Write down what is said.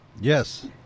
Yes